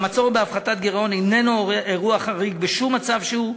גם הצורך בהפחתת גירעון אינו מצב חריג בשום מצב שהוא.